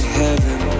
heaven